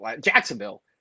Jacksonville